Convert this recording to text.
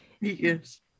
yes